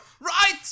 Right